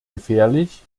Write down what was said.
gefährlich